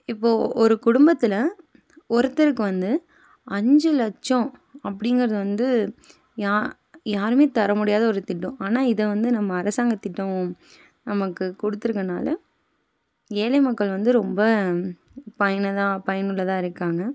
இப்போ ஒரு குடும்பத்தில் ஒருத்தருக்கு வந்து அஞ்சு லட்சம் அப்படிங்கிறது வந்து யா யாரும் தர முடியாத ஒரு திட்டம் ஆனால் இதை வந்து நம்ம அரசாங்க திட்டம் நமக்கு கொடுத்துருக்கனால ஏழை மக்கள் வந்து ரொம்ப பயன தான் பயனுள்ளதா இருக்காங்க